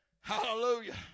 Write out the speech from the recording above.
Hallelujah